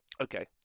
okay